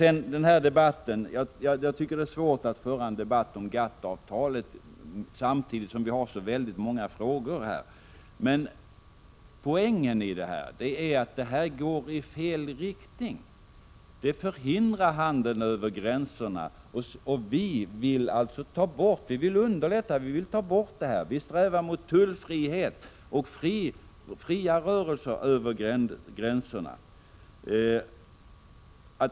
Jag tycker vidare att det är svårt att föra en debatt om GATT-avtalet tillsammans med så många andra frågor här. Poängen är dock att den åtgärd som det handlar om går i fel riktning. Den förhindrar handeln över gränserna, och vi vill ta bort sådana hinder. Vi strävar mot tullfrihet och fria rörelser över gränserna.